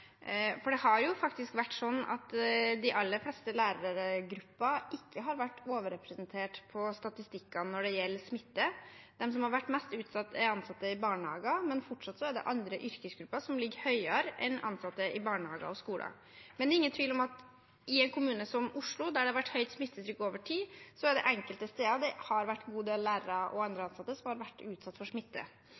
for det har jo faktisk vært sånn at de aller fleste lærergrupper ikke har vært overrepresentert på statistikken over smitte. De som har vært mest utsatt, er ansatte i barnehager, men fortsatt er det andre yrkesgrupper som ligger høyere enn ansatte i barnehager og skoler. Men det er ingen tvil om at i en kommune som Oslo, der det har vært høyt smittetrykk over tid, har det enkelte steder vært en god del lærere og andre ansatte som har vært utsatt for smitte.